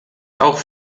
auch